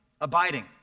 abiding